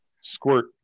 squirt